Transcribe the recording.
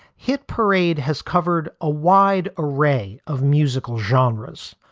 hit parade has covered a wide array of musical genres,